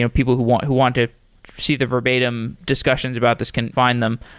ah people who want who want to see the verbatim discussions about this can find them.